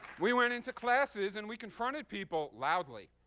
we went into classes and we confronted people loudly,